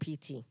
PT